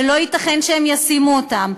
ולא ייתכן שהם ישימו אותם.